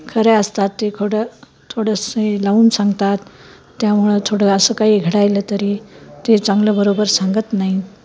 खऱ्या असतात ते खोडं थोडंसं लावून सांगतात त्यामुळं थोडं असं काही घडायला तरी ते चांगलं बरोबर सांगत नाही